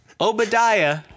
Obadiah